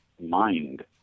mind